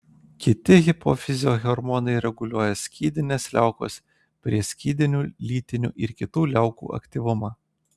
kiti hipofizio hormonai reguliuoja skydinės liaukos prieskydinių lytinių ir kitų liaukų aktyvumą